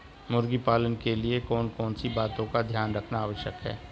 मुर्गी पालन के लिए कौन कौन सी बातों का ध्यान रखना आवश्यक है?